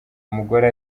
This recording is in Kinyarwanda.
umugore